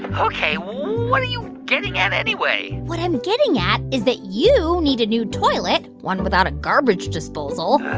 ah ok. what what are you getting at, anyway? what i'm getting at is that you need a new toilet, one without a garbage disposal